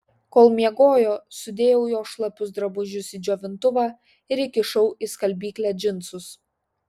kol miegojo sudėjau jos šlapius drabužius į džiovintuvą ir įkišau į skalbyklę džinsus